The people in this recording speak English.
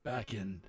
Backend